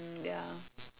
mm ya